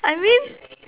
I mean